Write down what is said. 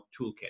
toolkit